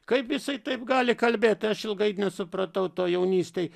kaip jisai taip gali kalbėt aš ilgai nesupratau to jaunystėj